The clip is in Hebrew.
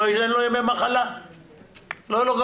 לא יהיה לו ימי מחלה,